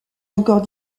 encore